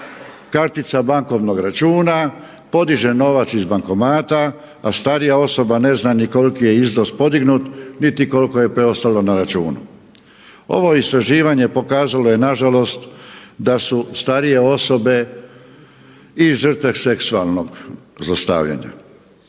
kartica bankovnog računa, podiže novac iz bankomata a starija osoba ne zna ni koliki je iznos podignut, niti koliko je preostalo na računu. Ovo istraživanje pokazalo je nažalost da su starije osobe i žrtve seksualnog zlostavljanja.